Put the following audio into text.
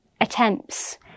attempts